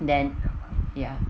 then ya